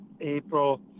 April